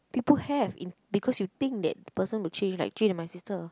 people have in because you think that the person will change like Jade and my sister